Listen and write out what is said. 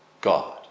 God